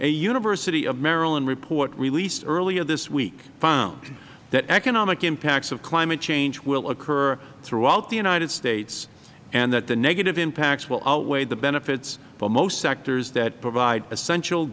a university of maryland report released earlier this week found that economic impacts of climate change will occur throughout the united states and that the negative impacts will outweigh the benefits for most sectors that provide essential